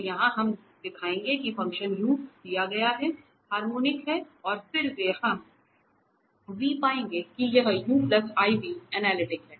तो यहां हम दिखाएंगे कि फंक्शन u दिया गया है हार्मोनिक है और फिर हम v पाएंगे कि यह u iv अनलिटिक है